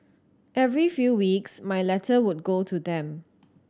every few weeks my letter would go to them